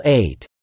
eight